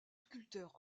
sculpteur